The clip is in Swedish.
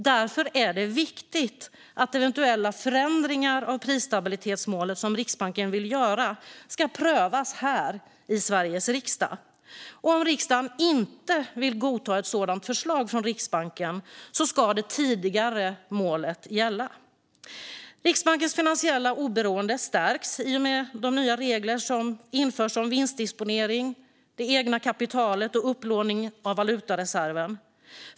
Därför är det viktigt att eventuella förändringar av prisstabilitetsmålet som Riksbanken vill göra ska prövas här i Sveriges riksdag. Om riksdagen inte vill godta ett sådant förslag från Riksbanken ska det tidigare målet gälla. Riksbankens finansiella oberoende stärks i och med de nya regler som införs om vinstdisponering, det egna kapitalet och upplåning av valutareserven.